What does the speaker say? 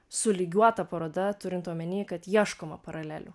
sulygiuota paroda turint omeny kad ieškoma paralelių